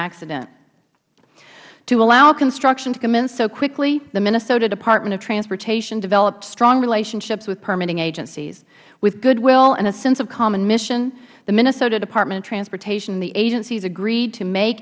accident to allow construction to commence so quickly the minnesota department of transportation developed strong relationships with permitting agencies with good will and a sense of common mission the minnesota department of transportation and the agencies agreed to make